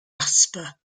jasper